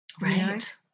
right